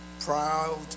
proud